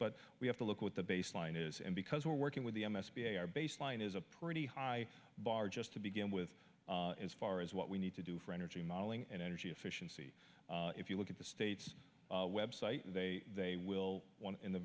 but we have to look at the baseline is and because we're working with the m s b our baseline is a pretty high bar just to begin with as far as what we need to do for energy modeling and energy efficiency if you look at the states website they they will one in the